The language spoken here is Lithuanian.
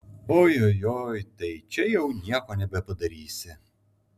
ojojoi tai čia jau nieko nebepadarysi